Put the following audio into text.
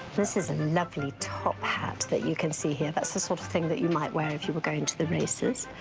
this is a lovely top hat that you can see here. that's the sort of thing that you might wear if you were going to the races.